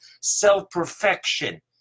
self-perfection